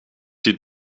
die